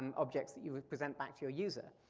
um objects that you present back to your user.